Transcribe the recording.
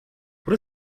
what